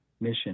mission